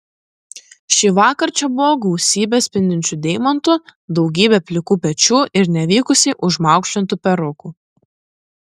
šįvakar čia buvo gausybė spindinčių deimantų daugybė plikų pečių ir nevykusiai užmaukšlintų perukų